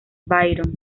byron